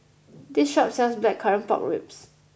this shop sells Blackcurrant Pork Ribs